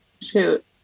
Shoot